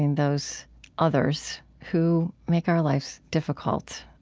those others who make our lives difficult.